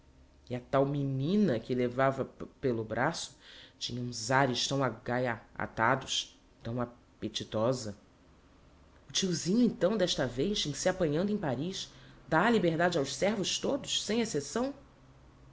e a tal menina que levava p pelo braço tinha uns ares tão agai atados tão ape titosa o tiozinho então d'esta vez em se apanhando em paris dá a liberdade aos servos todos sem excepção